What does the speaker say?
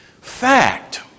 fact